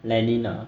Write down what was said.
lenin ah